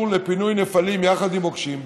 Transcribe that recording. לפינוי נפלים יחד עם מוקשים,